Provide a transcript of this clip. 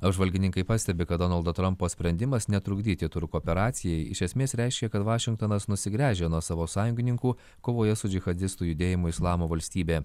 apžvalgininkai pastebi kad donaldo trumpo sprendimas netrukdyti turkų operacijai iš esmės reiškia kad vašingtonas nusigręžia nuo savo sąjungininkų kovoje su džihadistų judėjimu islamo valstybė